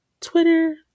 Twitter